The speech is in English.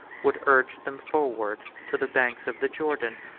would urge them forwards to the banks of the jordan,